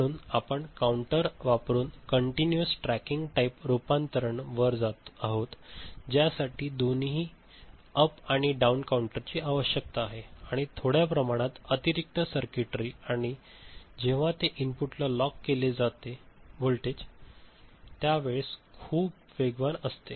म्हणून आपण काउंटर वापरुन कॉन्टीनुएस ट्रॅकिंग टाईप रूपांतरण वर जात आहोत ज्यासाठी दोन्ही अप आणि डाउन काउंटर आवश्यक आहेत आणि थोड्या प्रमाणात अतिरिक्त सर्किटरी आणि जेव्हा ते इनपुटला लॉक केले जाते व्होल्टेज त्या वेळेस हे खूप वेगवान असते